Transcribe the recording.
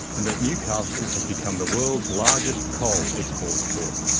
and that newcastle has become the world's largest coal export port.